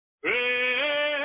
pray